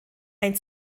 ein